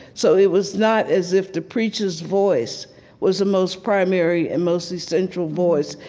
so it was not as if the preacher's voice was the most primary and most essential voice.